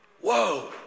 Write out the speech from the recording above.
Whoa